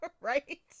right